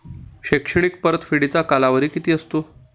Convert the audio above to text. शैक्षणिक परतफेडीचा कालावधी किती असतो?